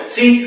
See